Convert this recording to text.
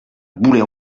boulets